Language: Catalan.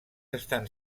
estan